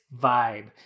vibe